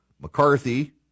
McCarthy